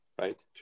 right